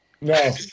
No